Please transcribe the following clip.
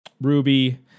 Ruby